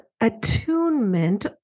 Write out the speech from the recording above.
attunement